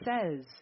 says